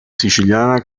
siciliana